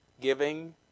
Giving